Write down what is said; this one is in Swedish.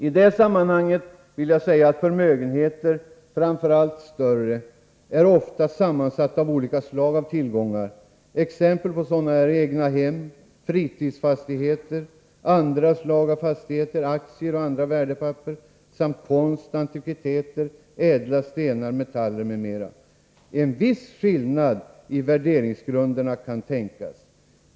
I det sammanhanget vill jag säga att förmögenheter, framför allt större, ofta är sammansatta av olika slag av tillgångar, t.ex. egnahem, fritidsfastigheter, andra slag av fastigheter, aktier och andra värdepapper, konst, antikviteter, ädla stenar, metaller m.m. En viss skillnad i värderingsgrunderna kan tänkas.